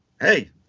hey